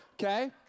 Okay